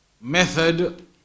method